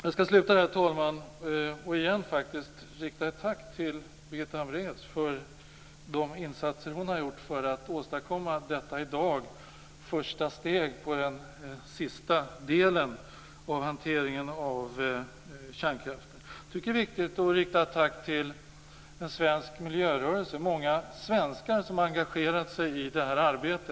Jag skall slutligen rikta ett tack till Birgitta Hambraeus för de insatser som hon har gjort för att åstadkomma detta första steg av den sista delen av hanteringen av kärnkraften som dagens beslut kommer att innebära. Jag tycker att det är viktigt att rikta ett tack till den svenska miljörörelsen och till de många svenskar som har engagerat sig i detta arbete.